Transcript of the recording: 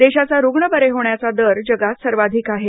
देशाचा रुग्ण बरे होण्याचा दर जगात सर्वाधिक आहे